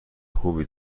خوبی